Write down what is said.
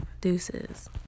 deuces